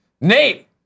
Nate